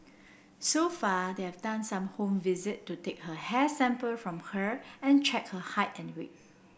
so far they have done some home visit to take her hair sample from her and check her height and weight